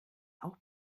auch